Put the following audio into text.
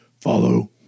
Follow